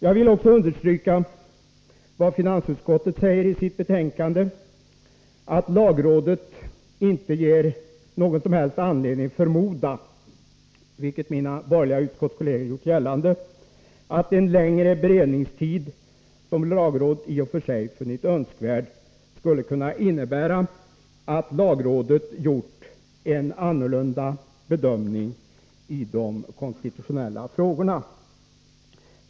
Jag vill också understryka vad finansutskottet skriver i sitt betänkande, nämligen att lagrådet inte ger någon som helst anledning att förmoda — vilket mina borgerliga utskottskolleger gjort gällande — att en längre beredningstid, som lagrådet i och för sig funnit önskvärd, skulle kunna innebära att lagrådet gjort en annan bedömning de konstitutionella frågorna.